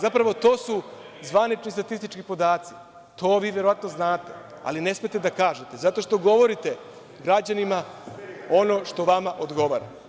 Zapravo to su zvanični statistički podaci, to vi verovatno znate, ali ne smete da kažete, zato što govorite građanima ono što vama odgovara.